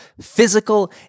physical